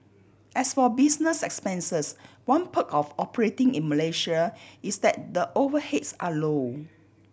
as for business expenses one perk of operating in Malaysia is that the overheads are low